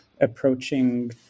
approaching